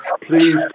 Please